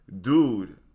dude